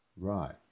right